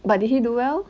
but did he do well